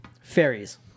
Fairies